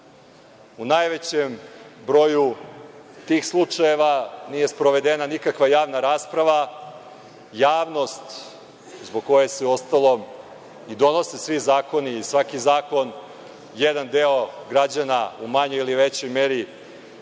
U najvećem broju tih slučajeva nije sprovedena nikakva javna rasprava. Javnost, zbog koje se uostalom i donose svi zakoni i svaki zakon jedan deo građana u manjoj ili većoj meri,